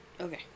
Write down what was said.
Okay